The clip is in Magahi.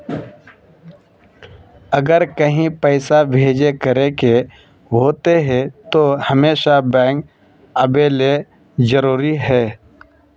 अगर कहीं पैसा भेजे करे के होते है तो हमेशा बैंक आबेले जरूरी है?